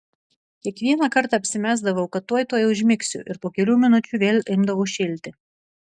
kiekvieną kartą apsimesdavau kad tuoj tuoj užmigsiu ir po kelių minučių vėl imdavau šėlti